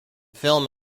film